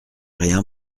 rien